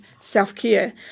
self-care